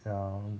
ya